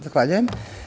Zahvaljujem.